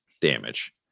damage